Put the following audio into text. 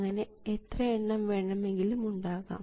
അങ്ങനെ എത്ര എണ്ണം വേണമെങ്കിലും ഉണ്ടാകാം